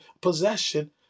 possession